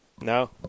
No